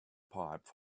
pipe